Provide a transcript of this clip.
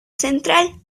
central